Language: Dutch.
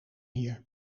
hier